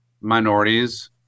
minorities